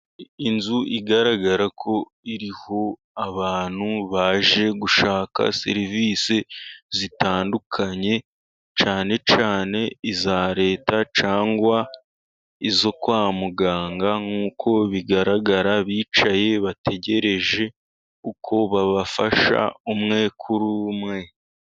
Inzu igaragarako iriho abantu baje gushaka serivise zitandukanye cyane cyane iza Leta, cyangwa izo kwa muganga nk'uko bigaragara bicaye bategereje uko babafasha umwe kuri umwe.